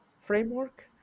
framework